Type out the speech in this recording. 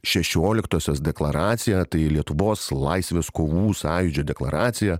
šešioliktosios deklaracija tai lietuvos laisvės kovų sąjūdžio deklaraciją